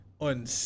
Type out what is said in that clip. on